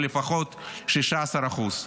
ב-16% לפחות.